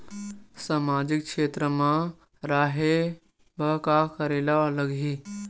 सामाजिक क्षेत्र मा रा हे बार का करे ला लग थे